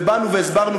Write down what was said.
ובאנו והסברנו,